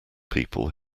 people